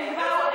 הם לא עם.